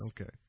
Okay